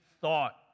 thought